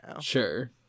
Sure